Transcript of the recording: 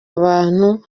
abantu